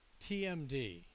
TMD